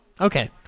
Okay